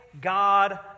god